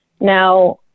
Now